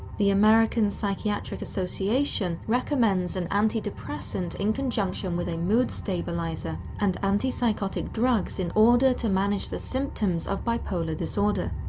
the american psychiatric association recommends an antidepressant in conjunction with a mood stabilizer and antipsychotic drugs in order to manage the symptoms of bipolar disorder.